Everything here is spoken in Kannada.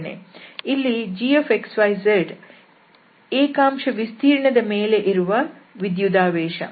ಇಲ್ಲಿ gx y z ಏಕಾಂಶ ವಿಸ್ತೀರ್ಣದ ಮೇಲೆ ಇರುವ ವಿದ್ಯುದಾವೇಶ